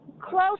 Close